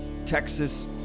Texas